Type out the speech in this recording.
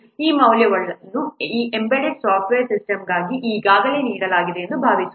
ಈ ಮೌಲ್ಯಗಳನ್ನು ಈ ಎಂಬೆಡೆಡ್ ಸಾಫ್ಟ್ವೇರ್ ಸಿಸ್ಟಮ್ ಗಾಗಿ ಈಗಾಗಲೇ ನೀಡಲಾಗಿದೆ ಎಂದು ಭಾವಿಸೋಣ